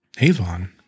Avon